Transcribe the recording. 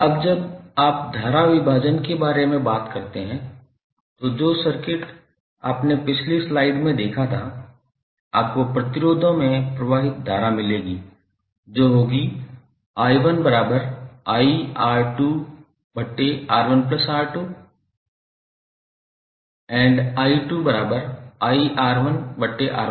अब जब आप धारा विभाजन के बारे में बात करते हैं तो जो सर्किट आपने पिछली स्लाइड में देखा था आपको प्रतिरोधों में प्रवाहित धारा मिलेगी जो होगी 𝑖1𝑖𝑅2𝑅1𝑅2 𝑖2𝑖𝑅1𝑅1𝑅2